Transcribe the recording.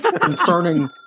concerning